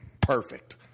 perfect